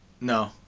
No